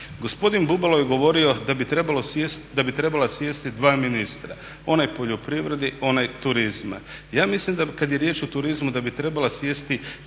da bi trebalo sjesti, da bi trebala sjesti dva ministra onaj poljoprivrede i onaj turizma. Ja mislim da kad je riječ o turizmu da bi trebala sjesti